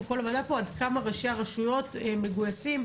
עד כמה ראשי הרשויות מגויסים,